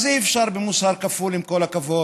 אז אי-אפשר במוסר כפול, עם כל הכבוד.